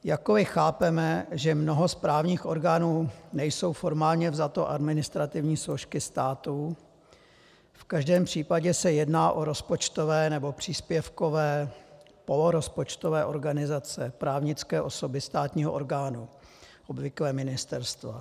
Jakkoli chápeme, že mnoho správních orgánů nejsou formálně vzato administrativní složky státu, v každém případě se jedná o rozpočtové nebo příspěvkové polorozpočtové organizace, právnické osoby státního orgánu, obvykle ministerstva.